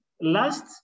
Last